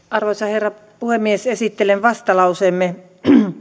arvoisa herra puhemies esittelen vastalauseemme